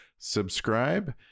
Subscribe